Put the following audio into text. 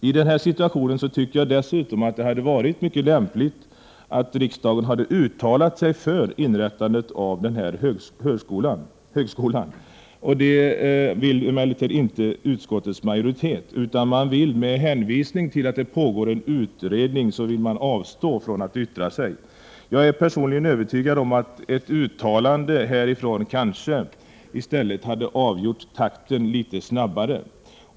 I den här situationen tycker jag dessutom att det hade varit mycket lämpligt om riksdagen hade uttalat sig för inrättandet av denna högskola. Men det vill emellertid inte utskottsmajoriteten, utan med hänvisning till att det pågår en utredning vill man avstå från att yttra sig. Jag är personligen övertygad om att ett uttalande från riksdagen hade gjort att det hade gått litet snabbare.